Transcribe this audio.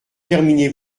terminez